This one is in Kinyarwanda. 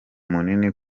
munini